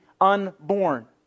unborn